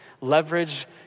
leverage